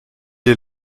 est